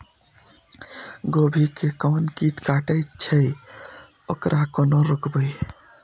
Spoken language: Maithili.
गोभी के कोन कीट कटे छे वकरा केना रोकबे?